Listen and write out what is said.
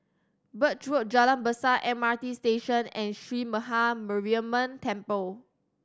Birch Road Jalan Besar M R T Station and Sree Maha Mariamman Temple